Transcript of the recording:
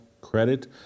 credit